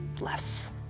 less